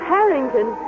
Harrington